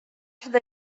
should